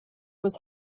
was